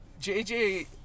JJ